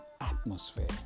atmosphere